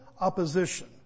opposition